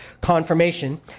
confirmation